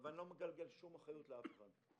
אני לא מגלגל שום אחריות לאף אחד.